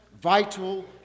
vital